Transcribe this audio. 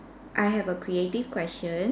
I have a creative question